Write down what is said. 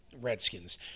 Redskins